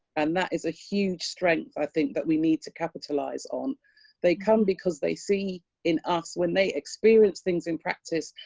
and that is a huge strength. i think that we need to capitalize on they come because they see in us when they experience things. in practice,